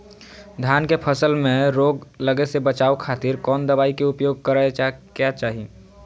धान के फसल मैं रोग लगे से बचावे खातिर कौन दवाई के उपयोग करें क्या चाहि?